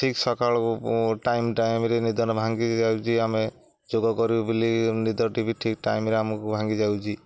ଠିକ୍ ସକାଳୁ ଟାଇମ୍ ଟାଇମ୍ରେ ନିଦଟା ଭାଙ୍ଗି ଯାଉଛିି ଆମେ ଯୋଗ କରିବୁ ବୋଲି ନିଦଟି ବି ଠିକ୍ ଟାଇମ୍ରେ ଆମକୁ ଭାଙ୍ଗିଯାଉଛିି